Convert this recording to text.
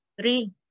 Three